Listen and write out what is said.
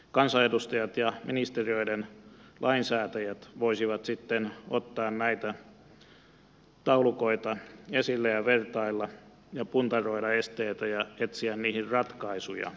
kansanedustajat ja ministeriöiden lainsäätäjät voisivat sitten ottaa näitä taulukoita esille ja vertailla ja puntaroida esteitä ja etsiä niihin ratkaisuja